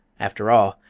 after all,